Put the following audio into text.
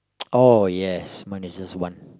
oh yes mine is just one